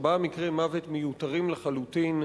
ארבעה מקרי מוות מיותרים לחלוטין.